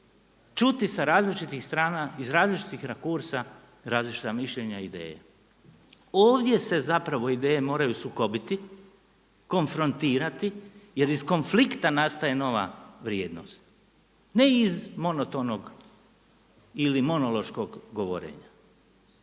čuti sa različitih strana iz različitih rakursa različita mišljenja i ideje. Ovdje se zapravo ideje moraj sukobiti, konfrontirati jer iz konflikta nastaje nova vrijednost, ne iz monotonog ili monološkog govorenja.